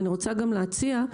אני רוצה גם להציע,